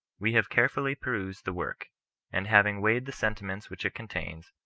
we have carefully perused the work and having weighed the sentiments which it contains,